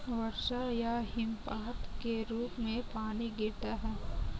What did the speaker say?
वर्षा या हिमपात के रूप में पानी गिरता है